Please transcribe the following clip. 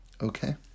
Okay